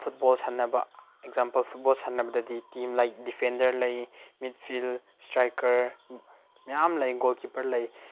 football ꯁꯥꯟꯅꯕ example football ꯁꯥꯟꯅꯕꯗꯗꯤ team like defender ꯂꯩ ꯃꯤꯠ ꯐꯤꯜ ꯏꯁꯇ꯭ꯔꯥꯏꯛꯀꯔ ꯃꯌꯥꯝ ꯂꯩ ꯒꯣꯜꯀꯤꯄꯔ ꯂꯩ